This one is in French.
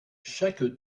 chaque